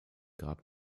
grab